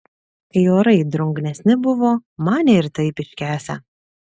kai orai drungnesni buvo manė ir taip iškęsią